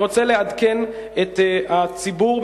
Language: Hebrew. אני רוצה לעדכן את הציבור,